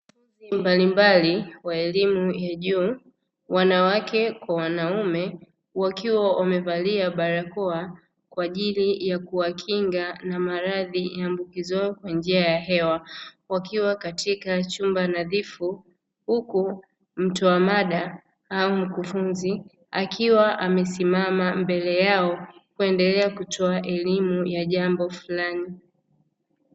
Wanafunzi mbalimbali wa elimu ya juu wanawake kwa wanaume wakiwa wamevalia barakoa kwa ajili ya kuwakinga na maradhi yaambukizwayo kwa njia ya hewa, wakiwa katika chumba nadhifu huku mtoa mada au mkufunzi akiwa amesimama mbele yao kuendelea kutoa elimu ya jambo fulani.